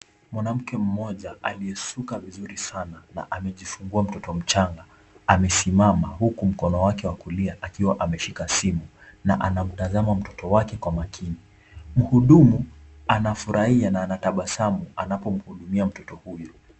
Mwanamke mmoja aliyesuka vizuri sana na amejifungua mtoto mchanga. Amesimama huku mkono wake wa kulia akiwa ameshika simu na anamtazama mtoto wake kwa makini. Mhudumu anafurahia na anatabasamu anapomhudumia mtoto huyu.